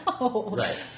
right